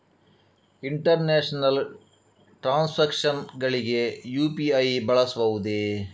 International transactions ಗಳಿಗೆ UPI ಬಳಸಬಹುದೇ?